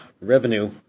Revenue